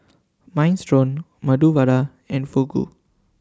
Minestrone Medu Vada and Fugu